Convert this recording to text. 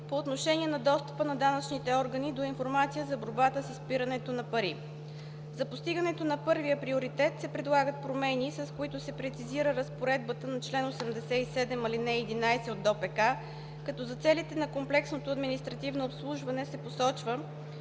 по отношение на достъпа на данъчните органи до информация за борбата с изпирането на пари. За постигането на първия приоритет се предлагат промени, с които се прецизира разпоредбата на чл. 87, ал. 11 от Данъчно-осигурителния процесуален кодекс, като за целите на комплексното административно обслужване се посочва,